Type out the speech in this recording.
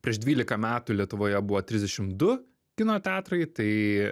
prieš dvylika metų lietuvoje buvo trisdešim du kino teatrai tai